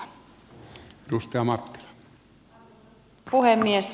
arvoisa puhemies